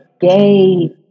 gay